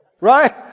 Right